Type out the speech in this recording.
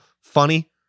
funny